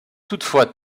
toutefois